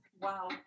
wow